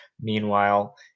meanwhile